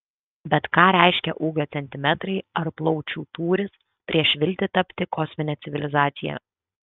bet ką reiškia ūgio centimetrai ar plaučių tūris prieš viltį tapti kosmine civilizacija